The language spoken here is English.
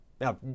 Now